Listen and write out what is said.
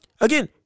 Again